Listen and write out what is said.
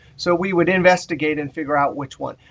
so we would investigate and figure out which one.